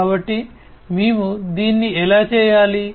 కాబట్టి మేము దీన్ని ఎలా చేయాలి